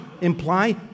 imply